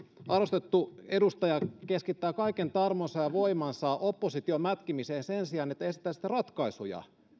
arvostettu edustaja keskittää kaiken tarmonsa ja voimansa opposition mätkimiseen sen sijaan että esittäisitte ratkaisuja